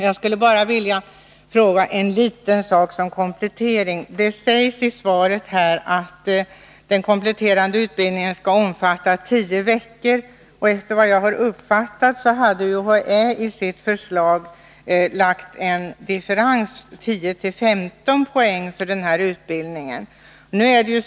Jag skulle bara vilja fråga en liten sak som komplettering. Det sägs i svaret att den kompletterande utbildningen skall omfatta tio veckor. Om jag har uppfattat rätt, hade UHÄ i sitt förslag en differens på 10-15 poäng för den här utbildningen.